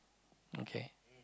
okay